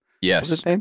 Yes